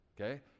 okay